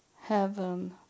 heaven